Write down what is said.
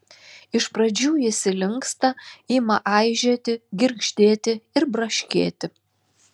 iš pradžių jis įlinksta ima aižėti girgždėti ir braškėti